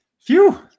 Phew